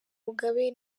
mugabe